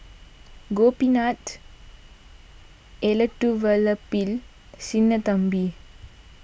Gopinath Elattuvalapil Sinnathamby